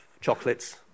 chocolates